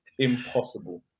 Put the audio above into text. Impossible